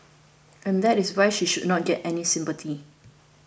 and that is why she should not get any sympathy